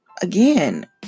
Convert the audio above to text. again